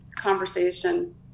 conversation